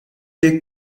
they